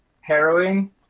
Harrowing